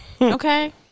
Okay